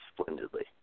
splendidly